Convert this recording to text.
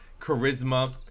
charisma